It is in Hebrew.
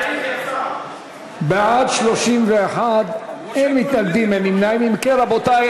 הכנסות ממתחם הגורם למפגעים סביבתיים בין רשויות מקומיות),